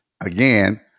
Again